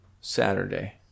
Saturday